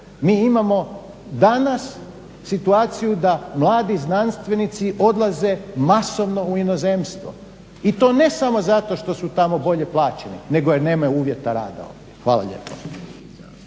Mi imamo danas situaciju da mladi znanstvenici odlaze masovno u inozemstvo i to ne samo zato što su tamo bolje plaćeni, nego jer nemaju uvjeta rada ovdje. Hvala lijepo.